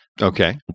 Okay